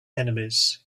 enemies